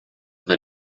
the